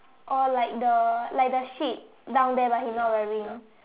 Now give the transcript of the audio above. oh like the like the sheep down there but he is not wearing